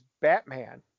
Batman